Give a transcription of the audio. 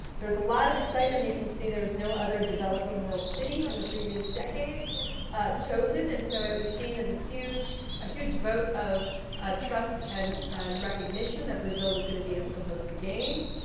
there was a lot of excitement. you can see there was no other developing world city in the previous decades chosen. and so it was seen as a huge a huge vote of trust and and recognition that brazil was gonna be able to host the games.